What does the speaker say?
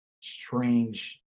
strange